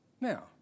Now